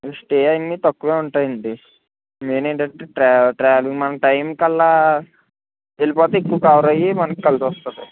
stay అనేది తక్కువ ఉంటాయండి మెయిన్ ఏంటంటే టైమ్ కల్లా వెళ్ళిపోతే ఎక్కువ కవర్ అయ్యి కలిసి వస్తుంది